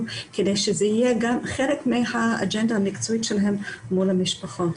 כדי שזה יהיה חלק מהאג'נדה המקצועית שלהם מול המשפחות.